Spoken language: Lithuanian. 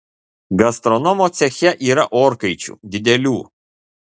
gastronomo ceche yra orkaičių didelių